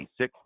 1986